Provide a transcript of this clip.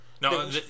No